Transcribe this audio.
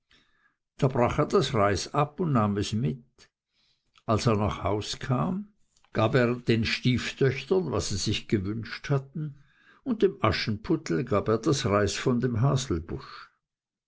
da brach er das reis ab und nahm es mit als er nach haus kam gab er den stieftöchtern was sie sich gewünscht hatten und dem aschenputtel gab er das reis von dem